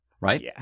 right